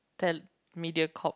tel~ Mediacorp